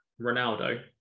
Ronaldo